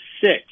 six